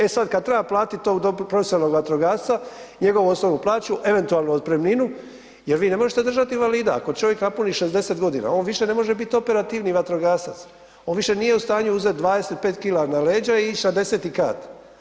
E sad kad treba platiti tog profesionalnog vatrogasca, njegovu osnovnu plaću, eventualno otpremninu, jer vi ne možete držat invalida, ako čovjek napuni 60 godina, on više ne može biti operativni vatrogasac, on više nije u stanju uzeti 25 kg na leđa i ići na 10 kat.